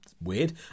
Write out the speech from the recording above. Weird